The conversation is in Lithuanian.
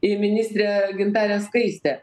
į ministrę gintarę skaistę